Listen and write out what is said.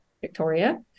Victoria